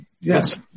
yes